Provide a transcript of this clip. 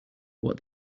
what